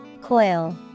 Coil